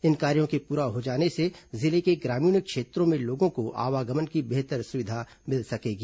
इन कार्यो के पूरा होने से जिले के ग्रामीण क्षेत्रों में लोगों को आवागमन की बेहतर सुविधा मिल सकेगी